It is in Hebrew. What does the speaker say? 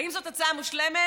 האם זאת הצעה מושלמת?